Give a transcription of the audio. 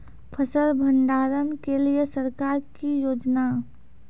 फसल भंडारण के लिए सरकार की योजना?